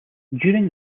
during